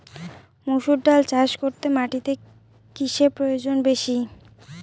মুসুর ডাল চাষ করতে মাটিতে কিসে প্রয়োজন বেশী?